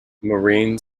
marine